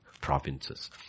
provinces